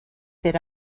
that